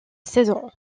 saison